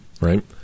right